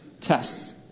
tests